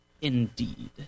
Indeed